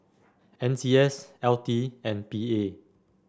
N C S L T and P A